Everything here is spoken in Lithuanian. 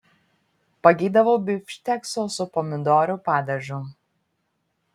pageidavau bifštekso su pomidorų padažu